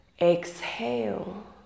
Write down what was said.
Exhale